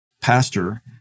pastor